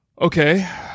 Okay